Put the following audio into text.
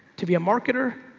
to be a marketer,